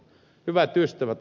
hyvät ystävät